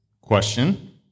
Question